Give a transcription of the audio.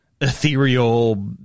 ethereal